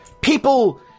People